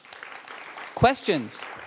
Questions